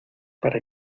para